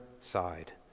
side